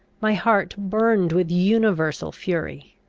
my heart burned with universal fury.